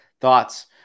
Thoughts